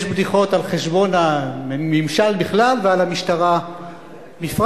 יש בדיחות על חשבון הממשל בכלל ועל המשטרה בפרט.